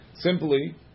Simply